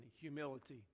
humility